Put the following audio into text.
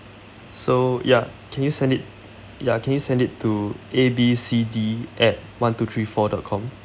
so ya can you send it ya can send it to A B C D at one two three four dot com